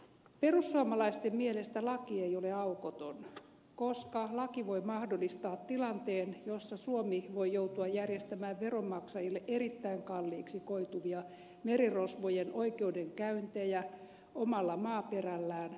perussuomalaisten mielestä laki ei ole aukoton koska laki voi mahdollistaa tilanteen jossa suomi voi joutua järjestämään veronmaksajille erittäin kalliiksi koituvia merirosvojen oikeudenkäyntejä omalla maaperällään